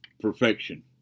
perfection